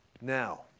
Now